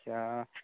दा